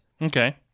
Okay